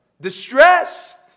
Distressed